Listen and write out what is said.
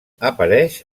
apareix